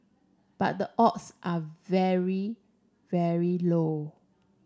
but the odds are very very low